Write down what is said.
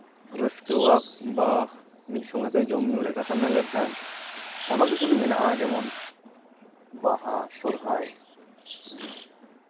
ᱨᱟᱹᱥᱠᱟᱹᱣᱟᱜ ᱵᱟ ᱢᱤᱫ ᱥᱚᱝᱜᱮ ᱛᱮ ᱡᱚᱢᱼᱧᱩ ᱨᱮᱱᱟᱜ ᱠᱟᱛᱷᱟ ᱢᱮᱱ ᱞᱮᱠᱷᱟᱱ ᱟᱭᱢᱟ ᱠᱤᱪᱷᱩ ᱜᱮ ᱢᱮᱱᱟᱜᱼᱟ ᱡᱮᱢᱚᱱ ᱵᱟᱦᱟ ᱥᱚᱨᱦᱟᱭ